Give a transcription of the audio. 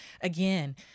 Again